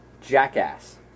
Jackass